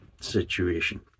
situation